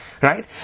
Right